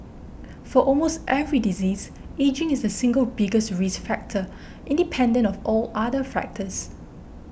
for almost every disease ageing is the single biggest risk factor independent of all other factors